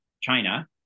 China